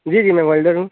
جی جی میں ویلڈر ہوں